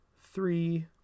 three